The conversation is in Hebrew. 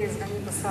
סגנית השר,